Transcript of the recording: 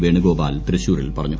വേണുഗോപാൽ തൃശൂരിൽ പറഞ്ഞു